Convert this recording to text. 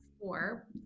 four